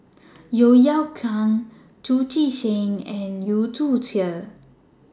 Yeo Yeow Kwang Chu Chee Seng and Yu Zhuye